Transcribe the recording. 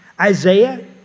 Isaiah